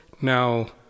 Now